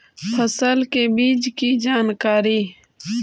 फसल के बीज की जानकारी?